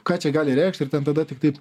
ką čia gali reikšt ir ten tada tiktai